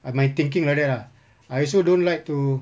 ah my thinking like that ah I also don't like to